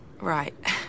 Right